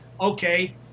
okay